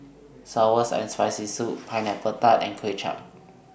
Sour and Spicy Soup Pineapple Tart and Kway Chap